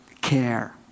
care